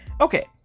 Okay